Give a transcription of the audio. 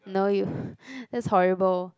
no you that's horrible